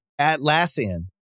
Atlassian